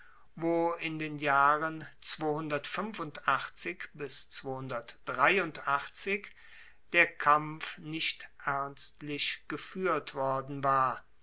wo in den jahren der kampf nicht ernstlich gefuehrt worden war